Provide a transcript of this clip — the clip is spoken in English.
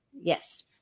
yes